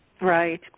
Right